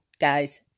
guys